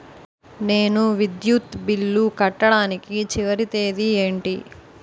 నేను విద్యుత్ బిల్లు కట్టడానికి చివరి తేదీ ఏంటి?